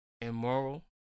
immoral